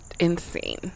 Insane